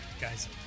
Guys